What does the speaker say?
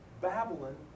Babylon